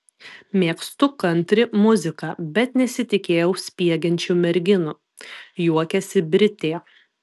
mėgstu kantri muziką bet nesitikėjau spiegiančių merginų juokiasi britė